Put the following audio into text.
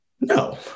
no